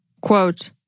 quote